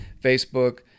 Facebook